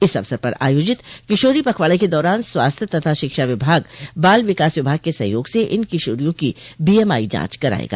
इस अवसर पर आयोजित किशोरी पखवाड़े के दौरान स्वास्थ्य तथा शिक्षा विभाग बाल विकास विभाग के सहयोग से इन किशारियों की बीएमआई जांच करायेगी